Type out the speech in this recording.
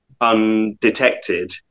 undetected